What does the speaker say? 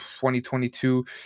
2022